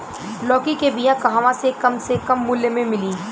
लौकी के बिया कहवा से कम से कम मूल्य मे मिली?